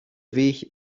weg